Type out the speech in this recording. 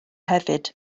hefyd